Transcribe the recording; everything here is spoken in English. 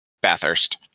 Bathurst